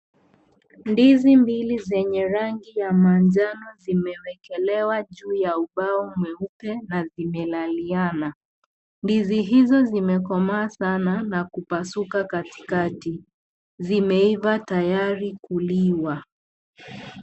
Ndizi mbili zenye rangi ya manjano zimewekelewa juu ya ubao mweupe na zimelaliana ,ndizi hizo zimekomaa sana na kupasuka katikati zimeiva tayari kuliwa